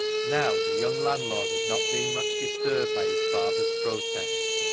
now the young landlord had not been much disturbed by his father's protests,